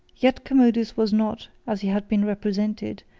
yet commodus was not, as he has been represented,